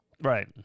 Right